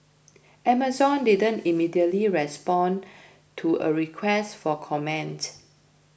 Amazon didn't immediately respond to a request for comment